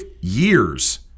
years